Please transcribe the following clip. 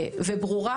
וברורה,